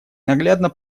наглядно